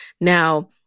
now